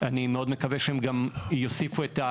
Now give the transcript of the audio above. אני מדברת על נציגות של קק"ל,